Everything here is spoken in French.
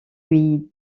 lui